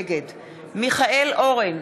נגד מיכאל אורן,